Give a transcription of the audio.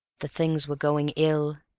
the things were going ill.